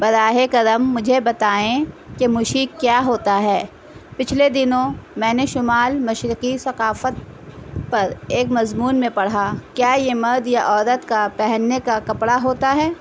براہ کرم مجھے بتائیں کہ مشیک کیا ہوتا ہے پچھلے دنوں میں نے شمال مشرقی ثقافت پر ایک مضمون میں پڑھا کیا یہ مرد یا عورت کا پہننے کا کپڑا ہوتا ہے